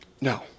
No